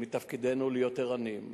מתפקידנו להיות ערניים,